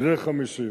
בני 50,